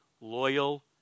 loyal